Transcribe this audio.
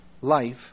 life